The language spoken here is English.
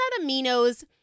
aminos